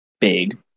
big